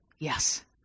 Yes